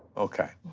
okay.